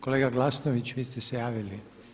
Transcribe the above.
Kolega Glasnović, vi ste se javili.